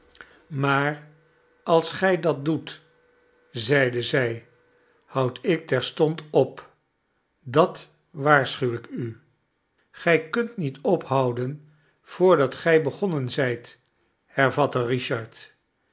maar als gij dat doet zeide zij houd ik terstond op dat waarschuw ik u gij kunt niet ophouden voordat gij begonnen zijt hervatte richard